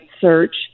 search